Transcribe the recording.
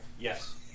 yes